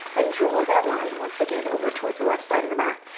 and draw that line once again, over towards the left side of the mat.